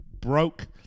broke